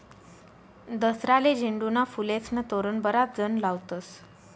दसराले झेंडूना फुलेस्नं तोरण बराच जण लावतस